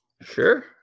Sure